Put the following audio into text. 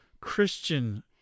Christian